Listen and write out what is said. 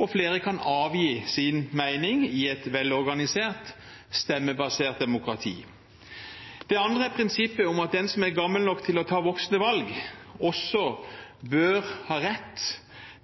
og flere kan si sin mening og avgi sin stemme i et velorganisert, stemmebasert demokrati. Det andre er prinsippet om at den som er gammel nok til å ta voksne valg, også bør ha rett